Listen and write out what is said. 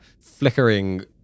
flickering